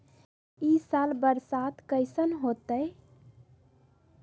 ई साल बरसात कैसन होतय?